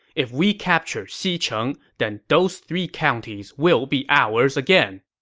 if we capture xicheng, then those three counties will be ours again.